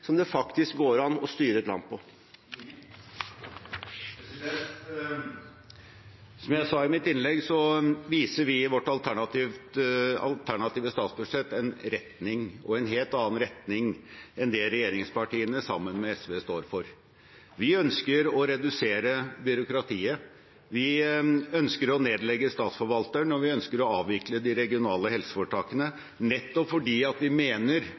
som det faktisk går an å styre et land på. Som jeg sa i mitt innlegg, viser vi i vårt alternative statsbudsjett en retning og en helt annen retning enn det regjeringspartiene sammen med SV står for. Vi ønsker å redusere byråkratiet, vi ønsker å nedlegge statsforvalteren, og vi ønsker å avvikle de regionale helseforetakene nettopp fordi vi mener